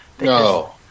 No